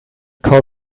call